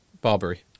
Barbary